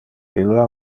illa